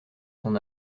son